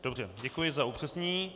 Dobře, děkuji za upřesnění.